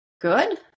Good